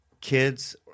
kids